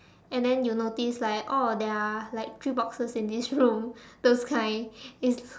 and then you noticed like oh there are like three boxes in this room those kind it's